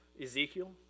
Ezekiel